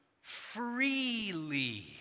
freely